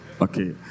okay